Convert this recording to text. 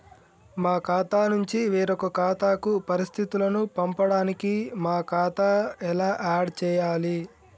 మా ఖాతా నుంచి వేరొక ఖాతాకు పరిస్థితులను పంపడానికి మా ఖాతా ఎలా ఆడ్ చేయాలి?